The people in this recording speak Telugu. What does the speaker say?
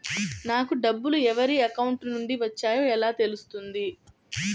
నాకు డబ్బులు ఎవరి అకౌంట్ నుండి వచ్చాయో ఎలా తెలుస్తుంది?